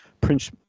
Prince